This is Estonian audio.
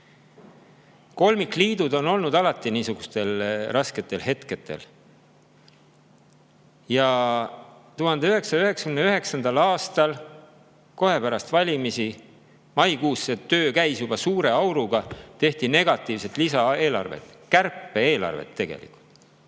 Kolmikliidud on olnud alati niisugustel rasketel hetketel [tegutsenud] – 1999. aastal kohe pärast valimisi maikuus töö käis juba suure auruga, tehti negatiivset lisaeelarvet, kärpe‑eelarvet; 2008.